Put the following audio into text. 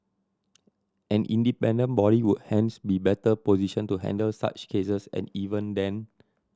an independent body would hence be better positioned to handle such cases and even then